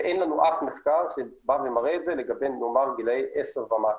ואין לנו אף מחקר שמראה את זה לגבי נאמר גילאי עשר ומטה.